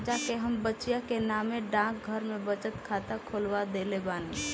जा के हम बचिया के नामे डाकघर में बचत खाता खोलवा देले बानी